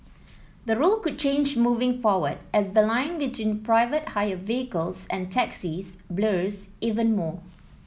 the rule could change moving forward as the line between private hire vehicles and taxis blurs even more